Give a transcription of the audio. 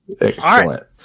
Excellent